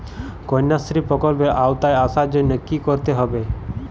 কন্যাশ্রী প্রকল্পের আওতায় আসার জন্য কী করতে হবে?